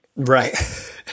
Right